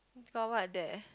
got what there